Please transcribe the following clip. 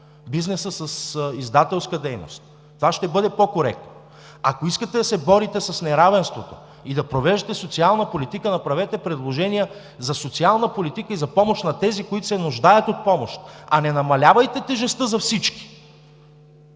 бизнеса с издателска дейност – това ще бъде по-коректно. Ако искате да се борите с неравенството и да провеждате социална политика, направете предложения за социална политика и за помощ на тези, които се нуждаят от помощ, а не намалявайте тежестта за всички.